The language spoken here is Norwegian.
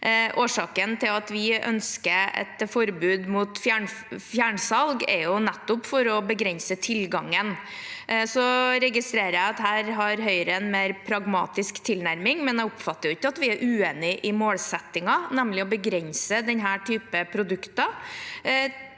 Årsaken til at vi ønsker et forbud mot fjernsalg, er nettopp at vi vil begrense tilgangen. Så registrerer jeg at her har Høyre en mer pragmatisk tilnærming, men jeg oppfatter ikke at vi er uenige om målsettingen, nemlig å begrense denne typen produkter